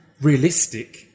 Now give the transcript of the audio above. realistic